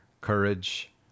courage